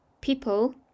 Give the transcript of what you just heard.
people